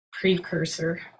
precursor